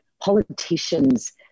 politicians